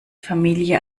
familie